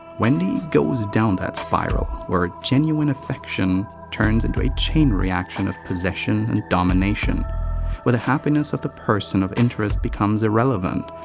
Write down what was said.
wendy goes down that spiral where genuine affection turns into a chain reaction of possession and domination where the happiness of the person of interest becomes irrelevant,